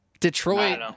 Detroit